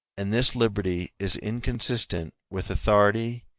and this liberty is inconsistent with authority,